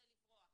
זה לברוח,